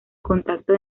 contacto